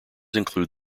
include